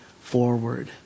forward